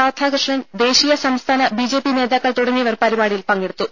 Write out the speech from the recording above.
രാധാകൃഷ്ണൻ ദേശീയ സംസ്ഥാന ബിജെപി നേതാക്കൾ തുടങ്ങിയവർ പരിപാടിയിൽ പങ്കെടുത്തു